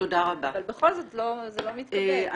אבל בכל זאת זה לא מתקבל.